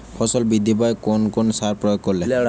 ফসল বৃদ্ধি পায় কোন কোন সার প্রয়োগ করলে?